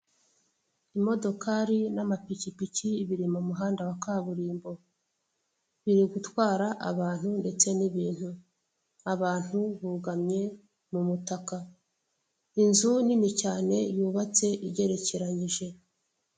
Imodokari n'amapikipiki biri mu muhanda wa kaburimbo. Biri gutwara abantu ndetse n'ibintu abantu bugamye mu mutaka. Mu nzu nini cyane yubatse igerekeranyije.